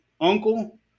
uncle